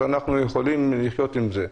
אז אנחנו יכולים לחיות עם זה.